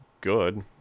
good